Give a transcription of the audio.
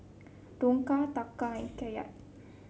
Dong Taka and Kyat